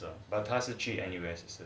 but 他是去 N_U_S